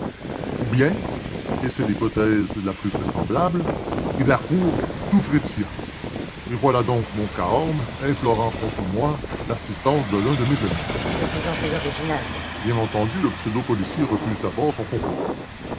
ou bien et c'est l'hypothèse la plus vraisemblable il accourt tout frétillant et voilà donc mon cahorn implorant contre moi l'assistance de l'un de mes amis de plus en plus original bien entendu le pseudo policier refuse d'abord son concours